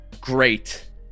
great